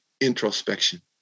introspection